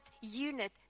unit